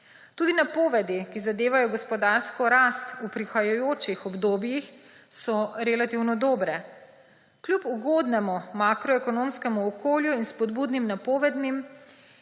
Tudi napovedi, ki zadevajo gospodarsko rast v prihajajočih obdobjih, so relativno dobre. Kljub ugodnemu makroekonomskemu okolju in spodbudnim napovedim